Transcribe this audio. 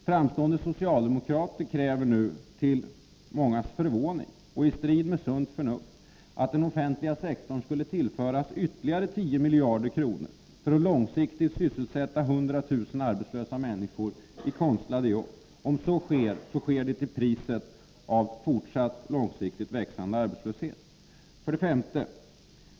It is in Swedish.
Framstående socialdemokrater kräver nu, till mångas förvåning och i strid med sunt förnuft, att den offentliga sektorn skall tillföras ytterligare 10 miljarder kronor för att långsiktigt sysselsätta 100 000 arbetslösa människor i konstlade jobb. Om så sker, så sker det till priset av fortsatt långsiktigt växande arbetslöshet. 5.